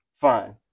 Fine